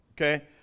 okay